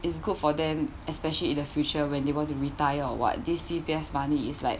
is good for them especially in the future when they want to retire or what this C_P_F money is like